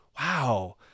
wow